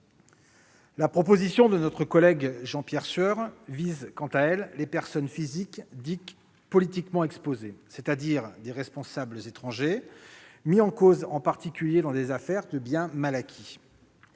La proposition de notre collègue Jean-Pierre Sueur vise, quant à elle, les personnes physiques dites « politiquement exposées », c'est-à-dire des responsables étrangers mis en cause dans des affaires de biens mal acquis.